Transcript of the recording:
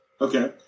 Okay